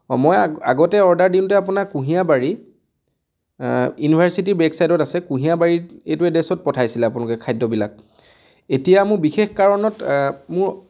অঁ মই আগতে অৰ্ডাৰ দিওঁতে আপোনাক কুঁহিয়াৰ বাৰী ইউনিভাৰ্ছিটি বেক ছাইডত আছে কুঁহিয়াৰ বাৰীত এইটো এড্ৰেছত পঠাইছিলে আপোনালোকে খাদ্যবিলাক এতিয়া মোৰ বিশেষ কাৰণত মোৰ